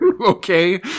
Okay